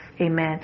amen